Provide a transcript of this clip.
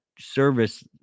service